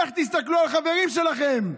איך תסתכלו על החברים שלכם?